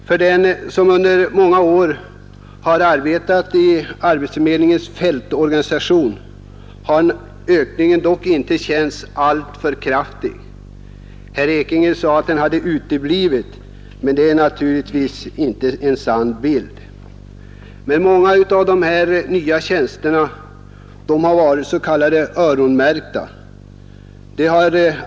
För den som under många år har arbetat i arbetsförmedlingens fältorganisation har ökningen dock inte känts alltför kraftig. Herr Ekinge sade att den hade uteblivit, men det är naturligtvis inte riktigt. Många av dessa nya tjänster har varit så att säga öronmärkta.